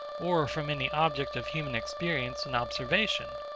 or from any object of human experience and observation.